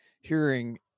hearing